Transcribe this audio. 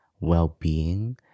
well-being